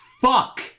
fuck